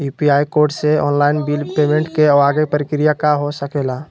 UPI code से online bill payment के आगे के प्रक्रिया का हो सके ला?